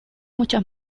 muchas